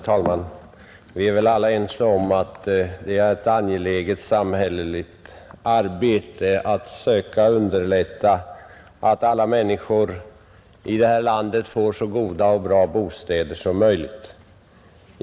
Herr talman! Vi är väl alla ense om att det är ett angeläget samhälleligt arbete att söka underlätta för alla människor i detta land att få så bra bostäder som möjligt.